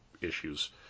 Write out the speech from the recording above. issues